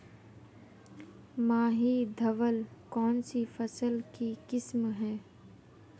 माही धवल कौनसी फसल की किस्म है?